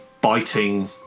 biting